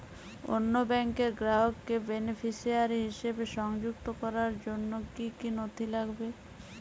অন্য ব্যাংকের গ্রাহককে বেনিফিসিয়ারি হিসেবে সংযুক্ত করার জন্য কী কী নথি লাগবে?